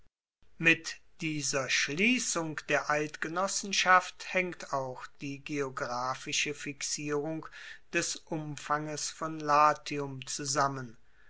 mit dieser schliessung der eidgenossenschaft haengt auch die geographische fixierung des umfanges von latium zusammen